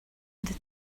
the